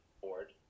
board